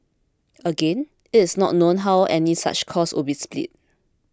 again it is not known how any such cost would be split